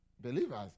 believers